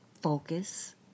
focus